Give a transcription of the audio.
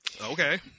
Okay